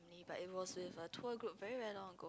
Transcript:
but it was with a tour group very very long ago